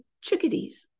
chickadees